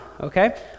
okay